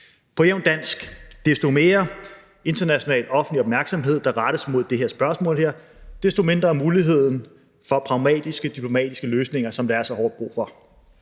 på jævnt dansk: Desto mere international offentlig opmærksomhed der rettes mod det her spørgsmål, desto mindre er muligheden for pragmatiske diplomatiske løsninger, som der er så hårdt brug for.